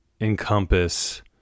encompass